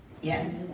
Yes